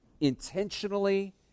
intentionally